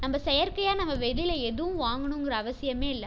நம்ம செயற்கையாக நம்ம வெளியில் எதுவும் வாங்கணுங்கிற அவசியமே இல்லை